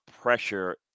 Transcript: pressure